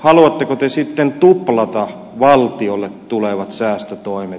haluatteko te sitten tuplata valtiolle tulevat säästötoimet